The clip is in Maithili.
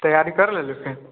तैयारी कर लेलु खेत